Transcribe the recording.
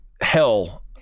hell